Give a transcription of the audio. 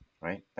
Right